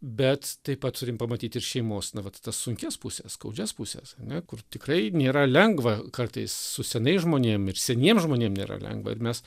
bet taip pat turim pamatyt ir šeimos na vat tas sunkias puses skaudžias puses ane kur tikrai nėra lengva kartais su senais žmonėm ir seniem žmonėm nėra lengva ir mes